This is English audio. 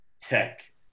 Tech